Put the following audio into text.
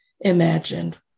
imagined